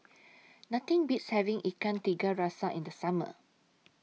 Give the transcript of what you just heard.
Nothing Beats having Ikan Tiga Rasa in The Summer